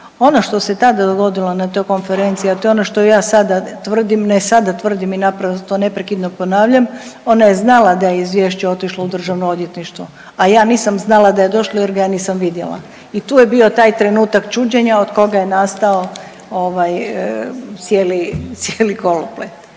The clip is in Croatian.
Ono što se tada dogodilo na toj konferenciji, a to je ono što ja sada tvrdim, ne sada tvrdim i naprosto to neprekidno ponavljam ona je znala da je izvješće otišlo u državno odvjetništvo, a ja nisam znala da je došlo jer ga ja nisam vidjela. I tu je bio taj trenutak čuđenja od koga je nastao ovaj cijeli koloplet.